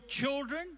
children